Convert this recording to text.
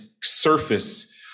surface